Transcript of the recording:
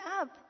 up